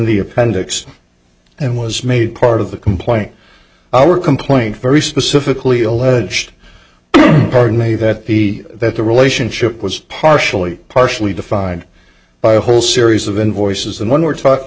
the appendix and was made part of the complaint our complaint very specifically alleged pardon me that the that the relationship was partially partially defined by a whole series of invoices and one we're talking